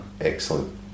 Excellent